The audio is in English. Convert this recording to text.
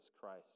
Christ